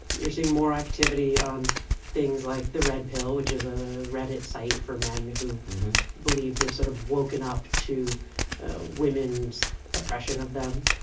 you're seeing more activity on things like the red pill, which is a reddit site for men who believe they've sort of woken up to women's oppression of them.